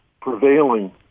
prevailing